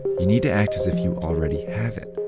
you need to act as if you already have it.